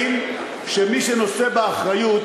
שמי שנושא באחריות,